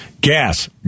Gas